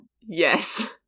Yes